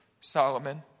Solomon